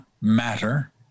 matter